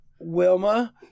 Wilma